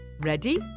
Ready